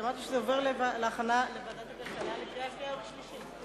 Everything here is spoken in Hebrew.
הצעת החוק עוברת לדיון בוועדת הכלכלה להכנה לקריאה שנייה וקריאה שלישית.